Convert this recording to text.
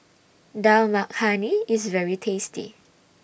Dal Makhani IS very tasty